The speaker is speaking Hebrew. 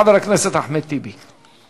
חבר הכנסת אחמד טיבי.